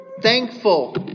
thankful